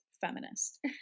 feminist